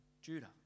Judah